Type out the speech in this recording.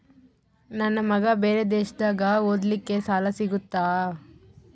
ನನ್ನ ಮಗ ಬೇರೆ ದೇಶದಾಗ ಓದಲಿಕ್ಕೆ ಸಾಲ ಸಿಗುತ್ತಾ?